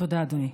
תודה, אדוני.